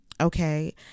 Okay